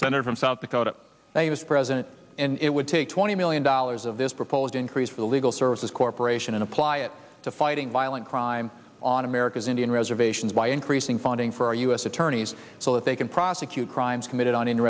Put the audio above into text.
senator from south dakota the u s president and it would take twenty million dollars of this proposed increase for the legal services corporation and apply it to fighting violent crime on america's indian reservations by increasing funding for u s attorneys so that they can prosecute crimes committed on